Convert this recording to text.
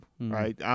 right